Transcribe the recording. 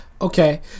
Okay